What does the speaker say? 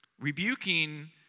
rebuking